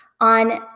on